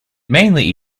mainly